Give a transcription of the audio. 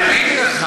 אז אני אגיד לך.